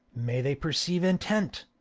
may they perceive's intent!